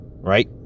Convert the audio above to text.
right